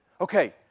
Okay